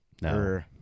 No